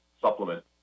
supplement